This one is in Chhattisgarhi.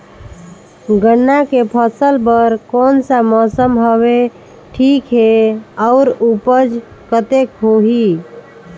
गन्ना के फसल बर कोन सा मौसम हवे ठीक हे अउर ऊपज कतेक होही?